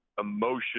emotion